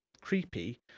creepy